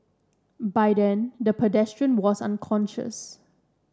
by then the pedestrian was unconscious